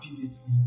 PVC